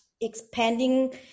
expanding